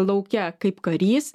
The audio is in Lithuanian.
lauke kaip karys